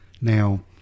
Now